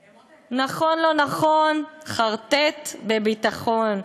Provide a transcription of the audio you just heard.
נכון, לא נכון, חרטט בביטחון.